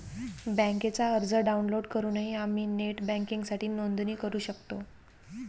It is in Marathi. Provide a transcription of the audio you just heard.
बँकेचा अर्ज डाउनलोड करूनही आम्ही नेट बँकिंगसाठी नोंदणी करू शकतो